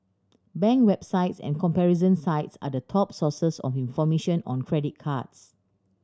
bank websites and comparison sites are the top sources of information on credit cards